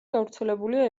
გავრცელებულია